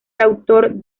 autor